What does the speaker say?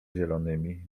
zielonymi